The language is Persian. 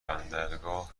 بندرگاه